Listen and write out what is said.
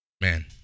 Man